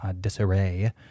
disarray